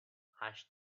hash